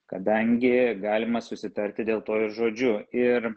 kadangi galima susitarti dėl to žodžiu ir